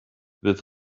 with